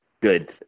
good